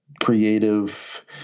creative